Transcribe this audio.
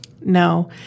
No